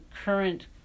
current